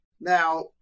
Now